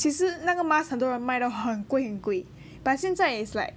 其实那个 mask 很多人卖到很贵很贵 but 现在 is like